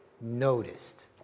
noticed